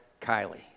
Kylie